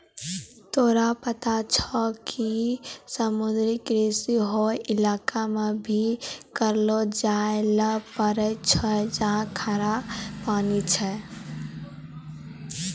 तोरा पता छौं कि समुद्री कृषि हौ इलाका मॅ भी करलो जाय ल पारै छौ जहाँ खारा पानी छै